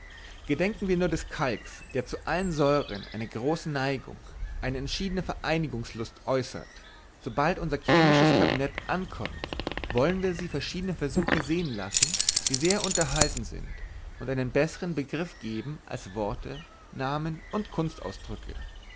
gedenken wir nur des kalks der zu allen säuren eine große neigung eine entschiedene vereinigungslust äußert sobald unser chemisches kabinett ankommt wollen wir sie verschiedene versuche sehen lassen die sehr unterhaltend sind und einen bessern begriff geben als worte namen und